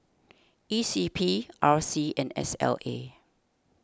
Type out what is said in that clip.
E C P R C and S L A